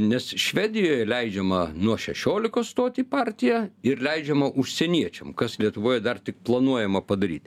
nes švedijoje leidžiama nuo šešiolikos stoti į partiją ir leidžiama užsieniečiam kas lietuvoje dar tik planuojama padaryt